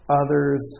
others